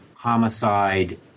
Homicide